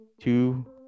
two